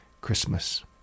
Christmas